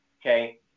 Okay